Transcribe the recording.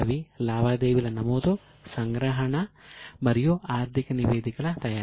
అవి లావాదేవీల నమోదు సంగ్రహణ మరియు ఆర్థిక నివేదికల తయారీ